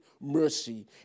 mercy